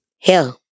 hell